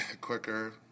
quicker